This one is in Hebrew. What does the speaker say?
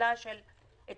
לשאלה של תהילה.